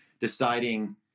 deciding